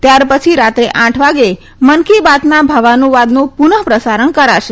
ત્યારપછી રાત્રે આઠ વાગે મન કી બાતના ભાવાનુવાદનું પુનઃ પ્રસારણ કરાશે